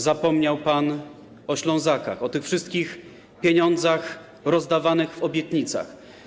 Zapomniał pan o Ślązakach, o tych wszystkich pieniądzach rozdawanych w obietnicach.